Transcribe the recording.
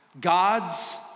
God's